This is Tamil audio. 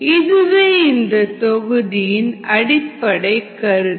இதுவே இந்த தொகுதியின் அடிப்படை கருத்து